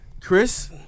Chris